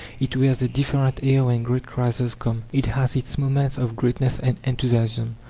it wears a different air when great crises come. it has its moments of greatness and enthusiasm.